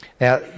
Now